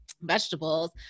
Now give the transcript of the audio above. vegetables